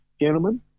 gentlemen